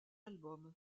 album